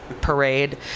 parade